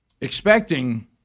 expecting